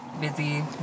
Busy